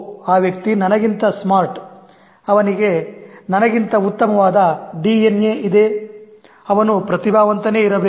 ಆ ವ್ಯಕ್ತಿ ನನಗಿಂತ "ಸ್ಮಾರ್ಟ್" ಅವನಿಗೆ ನನಗಿಂತ ಉತ್ತಮವಾದ DNA ಇದೆ ಅವನು ಪ್ರತಿಭಾವಂತನೇ ಇರಬೇಕು